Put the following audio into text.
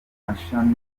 mashami